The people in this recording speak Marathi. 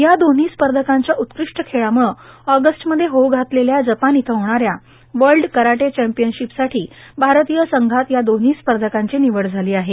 या दोन्हो स्पधकाच्या उत्कृष्ट खेळामुळं ऑगस्ट मध्ये होऊ घातलेल्या जपान इथं होणाऱ्या वल्ड कराटे चॅम्पियर्नाशपसाठा भारतीय संघात या दोन्हो स्पधकांची र्णनवड झालां आहे